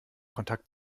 kontakt